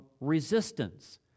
resistance